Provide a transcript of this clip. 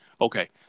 Okay